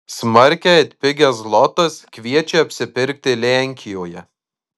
smarkiai atpigęs zlotas kviečia apsipirkti lenkijoje